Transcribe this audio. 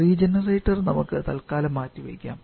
re generator നമുക്ക് തൽക്കാലത്തേക്ക് മാറ്റിവയ്ക്കാം